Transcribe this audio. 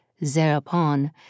Thereupon